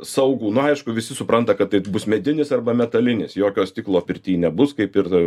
saugų na aišku visi supranta kad taip bus medinis arba metalinis jokio stiklo pirty nebus kaip ir ta